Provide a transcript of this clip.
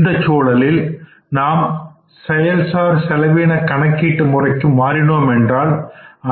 இந்தச் சூழலில் நாம் செயல்சார் செலவின கணக்கிட்டு முறைக்கு மாறினோம் என்றால்